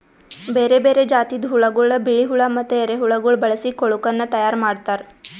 ಬೇರೆ ಬೇರೆ ಜಾತಿದ್ ಹುಳಗೊಳ್, ಬಿಳಿ ಹುಳ ಮತ್ತ ಎರೆಹುಳಗೊಳ್ ಬಳಸಿ ಕೊಳುಕನ್ನ ತೈಯಾರ್ ಮಾಡ್ತಾರ್